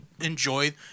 enjoy